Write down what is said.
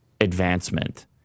advancement